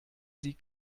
sie